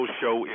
show